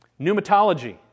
Pneumatology